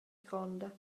gronda